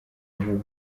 vuba